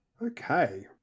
Okay